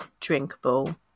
drinkable